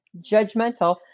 judgmental